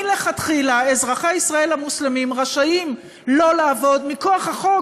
מלכתחילה אזרחי ישראל המוסלמים רשאים לא לעבוד מכוח החוק,